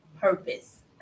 purpose